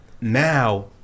now